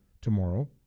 tomorrow